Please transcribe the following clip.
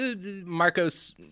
Marcos